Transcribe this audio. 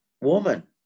woman